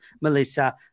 Melissa